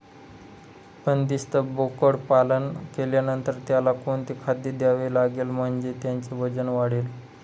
बंदिस्त बोकडपालन केल्यानंतर त्याला कोणते खाद्य द्यावे लागेल म्हणजे त्याचे वजन वाढेल?